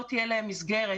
לא תהיה להם מסגרת,